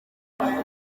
ati